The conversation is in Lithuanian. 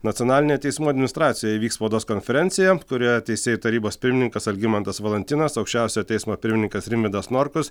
nacionalinėje teismų administracijoje įvyks spaudos konferencija kurioje teisėjų tarybos pirmininkas algimantas valantinas aukščiausiojo teismo pirmininkas rimvydas norkus